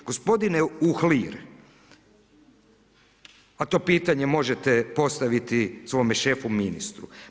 Gospodine Uhlir, pa to pitanje možete postaviti svome šefu ministru.